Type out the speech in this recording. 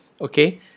okay